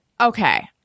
Okay